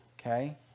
Okay